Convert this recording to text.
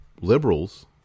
liberals